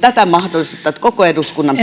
tätä mahdollisuutta että olisi koko eduskunnan